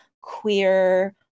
queer